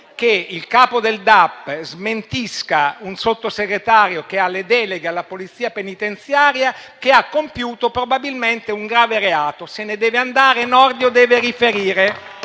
che il capo del DAP smentisca un Sottosegretario che ha le deleghe alla Polizia penitenziaria, che ha compiuto probabilmente un grave reato. Se ne deve andare. Nordio deve riferire.